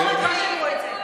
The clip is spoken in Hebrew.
בדרום עוד לא שמעו את זה.